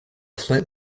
flint